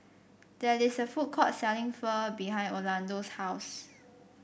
there is a food court selling Pho behind Orlando's house